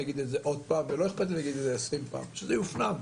אני אגיד את זה עוד פעם ולא אכפת לי להגיד את זה 20 פעם שזה יופנם.